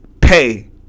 pay